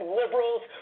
liberals